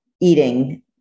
eating